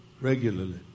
regularly